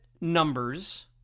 numbers